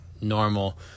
normal